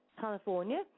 California